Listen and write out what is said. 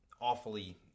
awfully